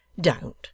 Don't